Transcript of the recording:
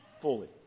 fully